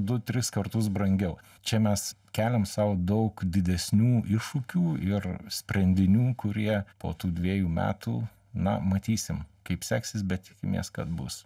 du tris kartus brangiau čia mes keliam sau daug didesnių iššūkių ir sprendinių kurie po tų dviejų metų na matysim kaip seksis bet tikimės kad bus